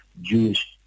Jewish